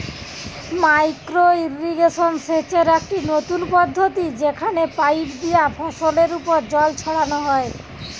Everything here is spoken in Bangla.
মাইক্রো ইর্রিগেশন সেচের একটি নতুন পদ্ধতি যেখানে পাইপ দিয়া ফসলের ওপর জল ছড়ানো হয়